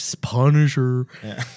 Punisher